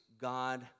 God